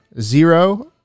Zero